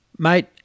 Mate